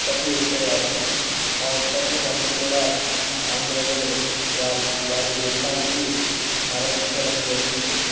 ఉత్పత్తి చేసేవారు ఆ ఉత్పత్తులను అన్ని కూడా ఆంగ్లేయులు వాలి వారి దేశానికి మరల్చడం జరిగింది